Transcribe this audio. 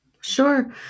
Sure